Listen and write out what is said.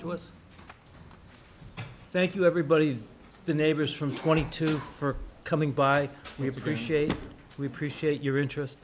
to us thank you everybody the neighbors from twenty two for coming by we appreciate we appreciate your interest